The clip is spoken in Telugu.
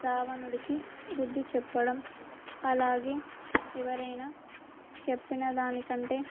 రావణుడికి బుద్ధి చెప్పడం అలాగే ఎవరైనా చెప్పిన దానికంటే